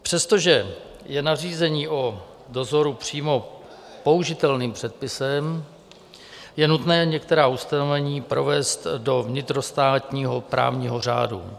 Přestože je nařízení o dozoru přímo použitelným předpisem, je nutné některá ustanovení provést do vnitrostátního právního řádu.